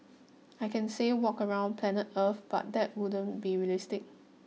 I can say walk around planet earth but that wouldn't be realistic